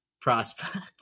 prospect